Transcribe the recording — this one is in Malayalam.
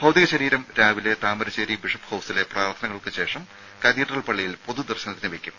ഭൌതികശരീരം രാവിലെ താമരശ്ശേരി ബിഷപ് ഹൌസിലെ പ്രാർത്ഥനകൾക്ക് ശേഷം കത്തീഡ്രൽ പള്ളിയിൽ പൊതുദർശനത്തിന് വെയ്ക്കും